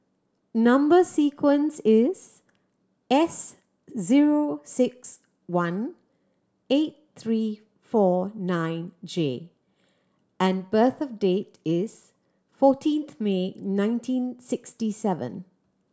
number sequence is S zero six one eight three four nine J and birth date is fourteen May nineteen sixty seven